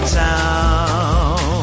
town